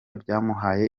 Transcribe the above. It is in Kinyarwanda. byamuhaye